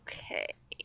Okay